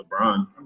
LeBron